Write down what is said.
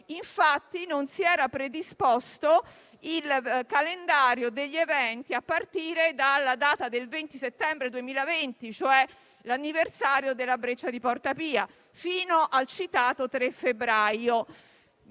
Infatti, non si era predisposto il calendario degli eventi a partire dalla data del 20 Settembre 2020, cioè l'anniversario della Breccia di Porta Pia, fino al citato 3 febbraio,